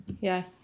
Yes